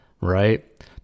right